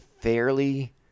fairly